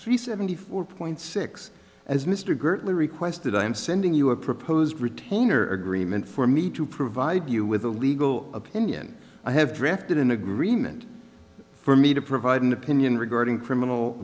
three seventy four point six as mr gertler requested i am sending you a proposed retainer agreement for me to provide you with a legal opinion i have drafted an agreement for me to provide an opinion regarding criminal